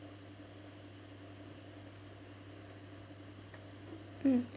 mm